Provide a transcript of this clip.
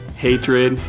hatred,